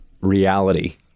reality